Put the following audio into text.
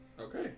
Okay